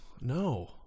no